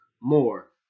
more